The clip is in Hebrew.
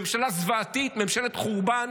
ממשלה זוועתית, ממשלת חורבן